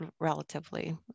relatively